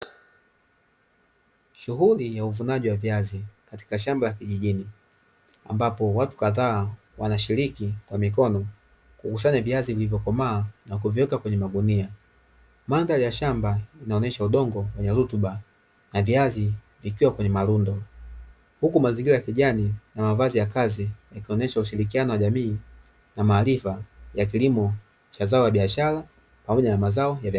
Shughuli ya uvunaji wa viazi katika shamba la kijijini, ambapo watu kadhaa wanashiriki kwa mikono kukusanya viazi vilivyo komaa na kuviweka kwenye magunia, mandhari ya shamba inaonyesha udongo wenye rutuba na viazi vikiwa kwenye marundo, huku mazingira ya kijani na mavazi ya kazi yakionesha ushirikiano wa jamii na maarifa ya kilimo cha zao la biashara pamoja na mazao ya vyakula.